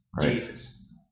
Jesus